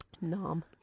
Nom